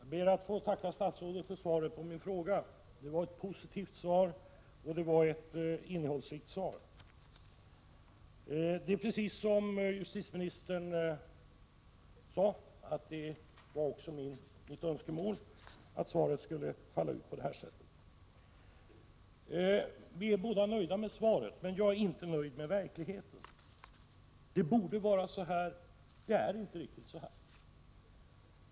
Herr talman! Jag ber att få tacka statsrådet för svaret på min fråga. Det var ett positivt och innehållsrikt svar. Som justitieministern sade motsvarar reglerna mina önskemål i det här sammanhanget. Vi är båda nöjda med svaret, men jag är inte nöjd med verkligheten. Det borde vara så här, men det är inte riktigt så.